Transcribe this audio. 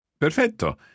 Perfetto